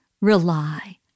Rely